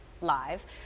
live